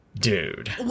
dude